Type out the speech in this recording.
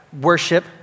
worship